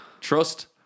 Trust